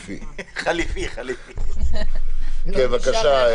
כן, בבקשה.